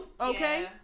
Okay